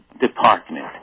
department